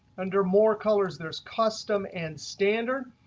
under more colors, there's custom and standard.